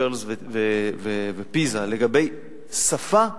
PIRLS ו"פיזה" לגבי שפה,